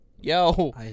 yo